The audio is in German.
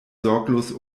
sorglos